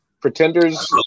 pretenders